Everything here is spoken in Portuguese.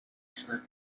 sua